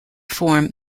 form